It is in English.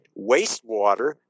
wastewater